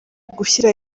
gushyira